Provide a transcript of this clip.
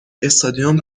استادیوم